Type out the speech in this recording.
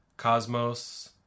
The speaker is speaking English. Cosmos